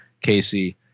Casey